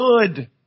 good